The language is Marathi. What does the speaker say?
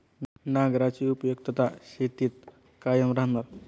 नांगराची उपयुक्तता शेतीत कायम राहणार